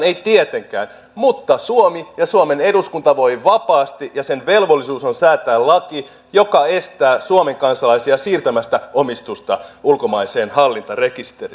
ei tietenkään mutta suomi ja suomen eduskunta voi vapaasti ja sen velvollisuus on säätää laki joka estää suomen kansalaisia siirtämästä omistusta ulkomaiseen hallintarekisteriin